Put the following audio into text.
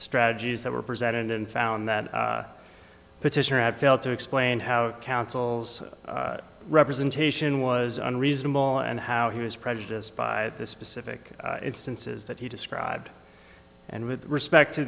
strategies that were presented and found that petitioner had failed to explain how counsel's representation was unreasonable and how he was prejudiced by the specific instances that he described and with respect to